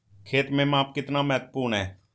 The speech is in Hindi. खेत में माप कितना महत्वपूर्ण है?